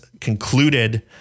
concluded